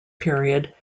period